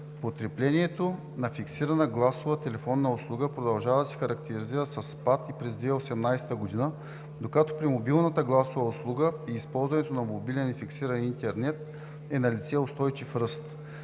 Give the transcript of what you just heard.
Потреблението на фиксирана гласова телефонна услуга продължава да се характеризира със спад и през 2018 г., докато при мобилната гласова услуга и използването на мобилен и фиксиран интернет е налице устойчив ръст.